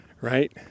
right